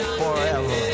forever